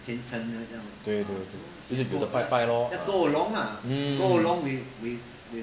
对对对就是拜拜 lor ah mm